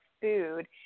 food